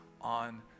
on